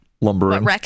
lumbering